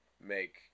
make